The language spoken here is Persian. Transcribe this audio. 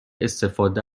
استفاده